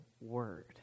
word